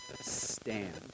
stand